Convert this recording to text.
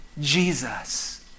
Jesus